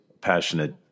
passionate